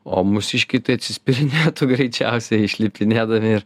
o mūsiškiai tai atsispyrinėtų greičiausiai išlipinėdami ir